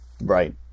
right